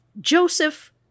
Joseph